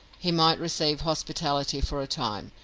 he might receive hospitality for a time,